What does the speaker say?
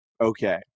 okay